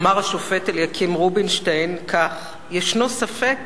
אמר השופט אליקים רובינשטיין כך: "ישנו ספק